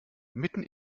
mitten